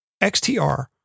XTR